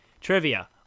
Trivia